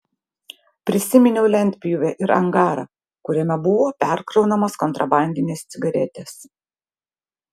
prisiminiau lentpjūvę ir angarą kuriame buvo perkraunamos kontrabandinės cigaretės